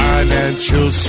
Financial